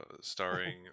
starring